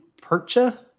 Percha